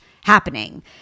happening